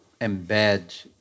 embed